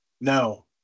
No